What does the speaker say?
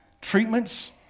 treatments